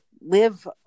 live